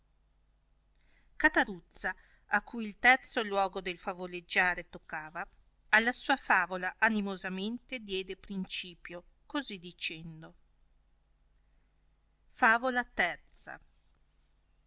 cataruzza a cui il terzo luogo del favoleggiare toccava vedendo la signora acquetata e aver dato ampio campo di ragionare alla sua favola animosamente diede principio così dicendo favola ih